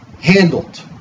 handled